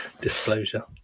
disclosure